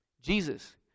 Jesus